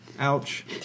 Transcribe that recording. ouch